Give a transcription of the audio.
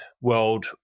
world